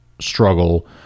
struggle